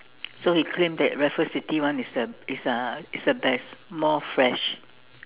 so he claim that Raffles City one is the is uh is the best more fresh